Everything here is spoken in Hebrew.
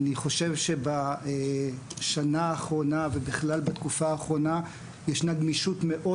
אני חושב שבשנה האחרונה ובכלל בתקופה האחרונה ישנה גמישות מאוד